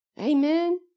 Amen